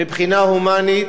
מבחינה הומנית,